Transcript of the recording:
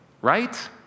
Right